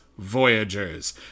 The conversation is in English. Voyagers